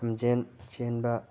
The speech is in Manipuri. ꯂꯝꯖꯦꯜ ꯆꯦꯟꯕ